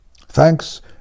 thanks